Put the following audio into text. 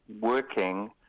working